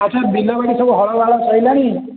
ଆଚ୍ଛା ବିଲ ବାଡ଼ି ସବୁ ହଳ ସରିଲାଣି